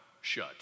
shut